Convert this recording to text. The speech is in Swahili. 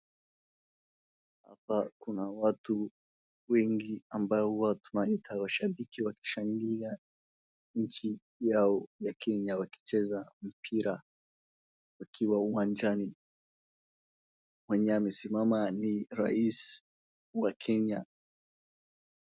Hapa kuna watu wengi ambaye huwa tunaita washabiki wakushangilia nchi yao ya Kenya wakicheza mpira wakiwa uwanjani. Mwenye amesimama ni rais wa Kenya.